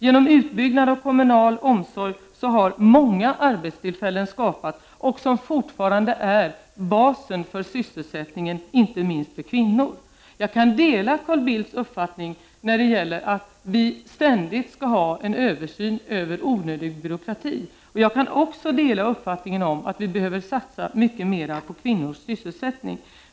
Genom utbyggnad av kommunl omsorg har många arbetstillfällen skapats — och detta är fortfarande basen för sysselsättningen, inte minst för kvinnor. Jag kan dela Carl Bildts uppfattning att vi ständigt skall ha en översyn av onödig byråkrati. Och jag kan också dela uppfattningen att vi behöver satsa mycket mer på kvinnornas sysselsättning.